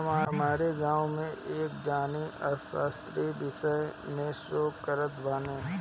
हमरी गांवे में एक जानी अर्थशास्त्र विषय में शोध करत बाने